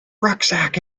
rucksack